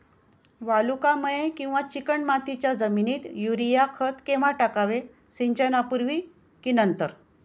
वालुकामय किंवा चिकणमातीच्या जमिनीत युरिया खत केव्हा टाकावे, सिंचनापूर्वी की नंतर?